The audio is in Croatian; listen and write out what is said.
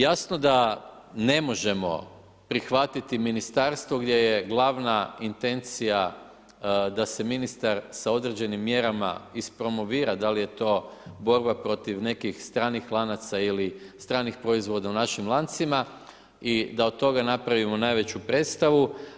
Jasno da ne možemo prihvatiti ministarstvo gdje je glavna intencija, da se ministar sa određenim mjerama ispromovira, da li je to borba protiv nekih stranih lanaca ili stranih proizvoda u našim lancima i da od toga napravimo najveću predstavu.